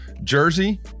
jersey